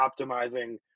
optimizing